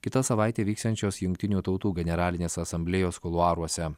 kitą savaitę vyksiančios jungtinių tautų generalinės asamblėjos kuluaruose